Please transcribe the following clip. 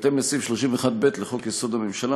בהתאם לסעיף 31(ב) לחוק-יסוד: הממשלה,